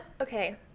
okay